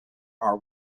are